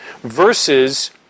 versus